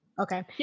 Okay